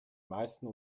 meisten